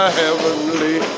heavenly